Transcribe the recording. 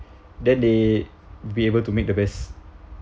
then they be able to make the best